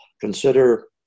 Consider